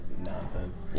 nonsense